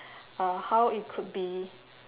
uh how it could be